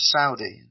Saudi